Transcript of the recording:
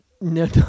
No